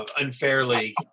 unfairly